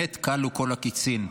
באמת כלו כל הקיצין.